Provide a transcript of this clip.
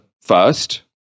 first